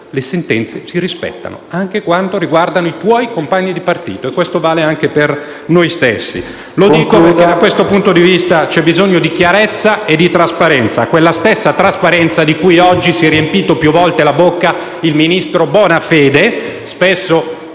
Le sentenze si rispettano anche quando riguardano i tuoi compagni di partito. Questo vale anche per noi stessi. Da questo punto di vista c'è bisogno di chiarezza e trasparenza, quella stessa trasparenza di cui oggi si è riempito più volte la bocca il ministro Bonafede, spesso